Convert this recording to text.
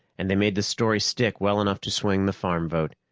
and they made the story stick well enough to swing the farm vote.